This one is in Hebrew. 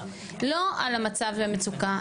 לא על המצב של המצוקה,